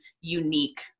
unique